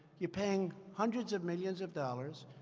you're paying hundreds of millions of dollars,